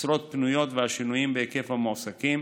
משרות פנויות והשינויים בהיקף המועסקים,